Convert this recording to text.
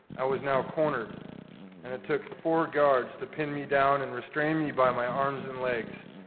i was now cornered and it took four guards to pin me down and restrain me by my arms and legs.